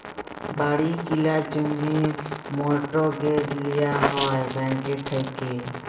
বাড়ি কিলার জ্যনহে মর্টগেজ লিয়া হ্যয় ব্যাংকের থ্যাইকে